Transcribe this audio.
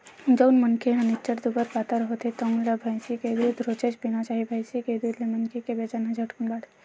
जउन मनखे ह निच्चट दुबर पातर होथे तउन ल भइसी के दूद रोजेच पीना चाही, भइसी के दूद ले मनखे के बजन ह झटकुन बाड़थे